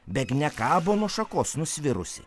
begne kabo nuo šakos nusvirusi